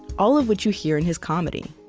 all of which you hear in his comedy.